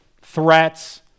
threats